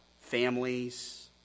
families